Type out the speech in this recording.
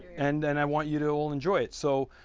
and and i want you to all enjoy it so,